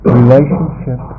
relationship